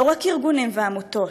לא רק ארגונים ועמותות,